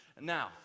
Now